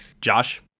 Josh